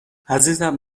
عزیزم